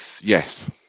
yes